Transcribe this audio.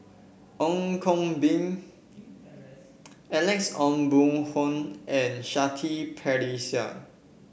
Ong Koh Been Alex Ong Boon Hau and Shanti Pereira